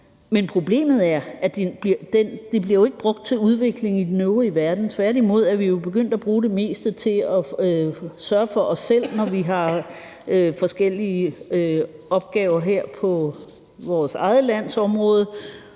men problemet er, at det jo ikke bliver brugt til udvikling i den øvrige verden, for vi er tværtimod begyndt at bruge det meste til at sørge for os selv, når vi har forskellige opgaver her på vores eget lands område,